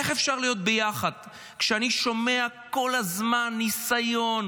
איך אפשר להיות ביחד כשאני שומע כל הזמן ניסיון,